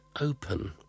open